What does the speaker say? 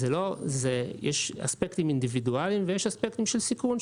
יש אספקטים אינדיבידואלים ויש אספקטים של סיכון.